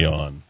on